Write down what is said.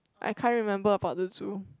I can't remember about the zoo